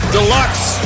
Deluxe